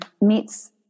meets